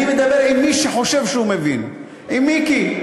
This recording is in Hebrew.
אני מדבר עם מי שחושב שהוא מבין, עם מיקי.